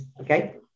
Okay